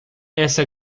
esta